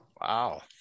Wow